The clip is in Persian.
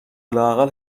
لااقل